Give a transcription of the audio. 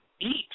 eat